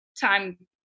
time